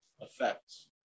effects